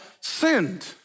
sinned